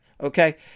okay